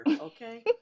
okay